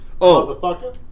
Motherfucker